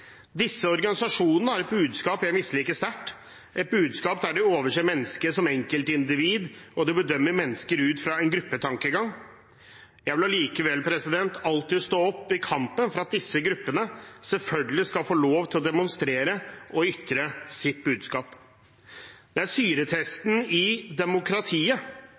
Disse organisasjonene har et budskap jeg misliker sterkt, et budskap der de overser mennesket som enkeltindivid og bedømmer mennesker ut fra en gruppetankegang. Jeg vil likevel alltid ta kampen for at disse gruppene selvfølgelig skal få lov til å demonstrere og ytre sitt budskap. Det er syretesten for demokratiet